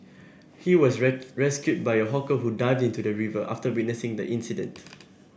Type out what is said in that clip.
he was rescued by a hawker who dived into the river after witnessing the incident